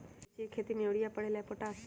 मिर्ची के खेती में यूरिया परेला या पोटाश?